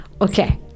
Okay